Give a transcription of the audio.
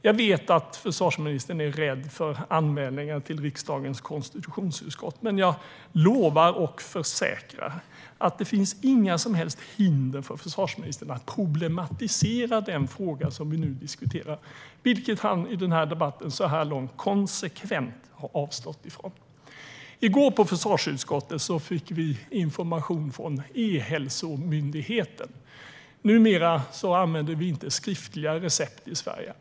Jag vet att försvarsministern är rädd för anmälningar till riksdagens konstitutionsutskott, men jag lovar och försäkrar att det inte finns några som helst hinder för försvarsministern att problematisera den fråga som vi nu diskuterar, vilket han så här långt i den här debatten konsekvent har avstått ifrån. I försvarsutskottet i går fick vi information från E-hälsomyndigheten. Numera använder vi inte skriftliga recept i Sverige.